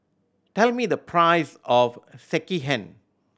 tell me the price of Sekihan